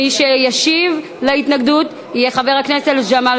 מי שישיב על ההתנגדות יהיה חבר הכנסת ג'מאל